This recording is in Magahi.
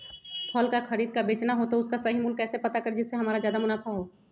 फल का खरीद का बेचना हो तो उसका सही मूल्य कैसे पता करें जिससे हमारा ज्याद मुनाफा हो?